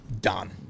done